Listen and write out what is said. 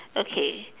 okay